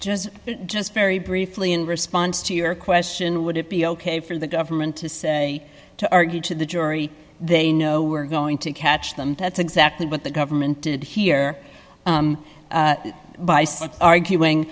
just just very briefly in response to your question would it be ok for the government to say to argue to the jury they know we're going to catch them that's exactly what the government did here